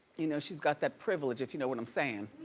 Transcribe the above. you know she's got that privilege if you know what i'm saying.